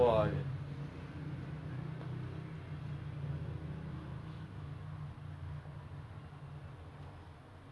actually அதனால அதுலைலாம் வேல செஞ்சா கொஞ்சம் கஷ்டந்தான் ஆனா காசு தான் நெறைய வரும்:athanaala athulailaam vela senja konjam kashtanthaan aanaa kaasu neraya varum